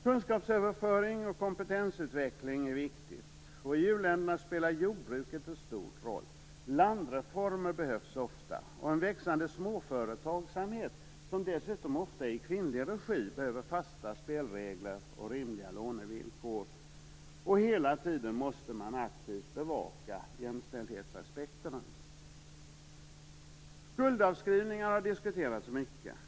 Kunskapsöverföring och kompetensutveckling är viktigt. I u-länderna spelar jordbruket en stor roll. Landreformer behövs ofta. En växande småförtagsamhet - dessutom ofta i kvinnlig regi - behöver fasta spelregler och rimliga lånevillkor. Hela tiden måste man aktivt bevaka jämställdhetsaspekterna. Skuldavskrivningar har diskuterats mycket.